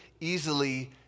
easily